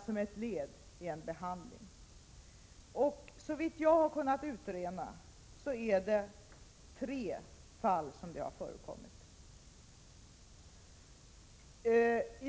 — som ett led i ett behandlingsprogram? Såvitt jag har kunnat utröna är det tre fall som har förekommit.